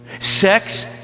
Sex